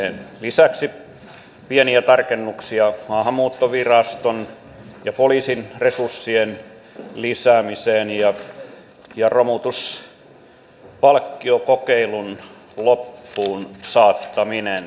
lisäksi on pieniä tarkennuksia maahanmuuttoviraston ja poliisin resurssien lisäämiseen ja romutuspalkkiokokeilun loppuunsaattaminen